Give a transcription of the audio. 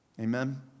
Amen